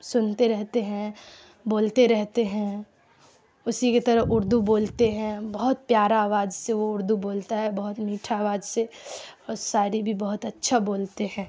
سنتے رہتے ہیں بولتے رہتے ہیں اسی کے طرح اردو بولتے ہیں بہت پیارا آواز سے وہ اردو بولتا ہے بہت میٹھا آواز سے شاعری بھی بہت اچھا بولتے ہیں